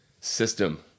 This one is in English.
system